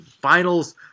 finals